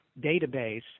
database